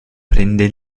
prende